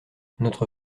notre